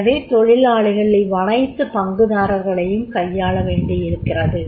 எனவே தொழிலாளிகள் இவ்வனைத்து பங்குதாரர்களையும் கையாளவேண்டியிருக்கிறது